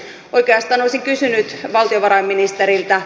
oikeastaan olisin kysynyt valtiovarainministeriltä